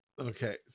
Okay